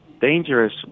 dangerous